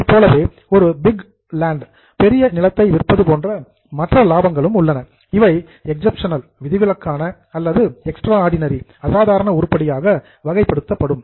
அதைப் போலவே ஒரு பிக் லேண்ட் பெரிய நிலத்தை விற்பது போன்ற மற்ற லாபங்களும் உள்ளன இவை எக்சப்ஷனல் விதிவிலக்கான அல்லது எக்ஸ்ட்ராடினரி அசாதாரண உருப்படியாக வகைப்படுத்தப்படும்